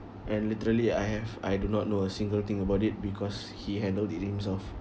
and literally I have I do not know a single thing about it because he handled it himself